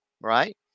right